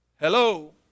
Hello